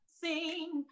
sing